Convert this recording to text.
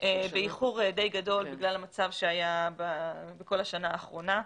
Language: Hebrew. די גדול בגלל המצב שהיה בכל השנה האחרונה,